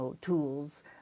tools